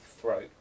throat